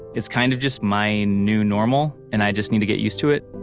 it's kind of just my new normal and i just need to get used to it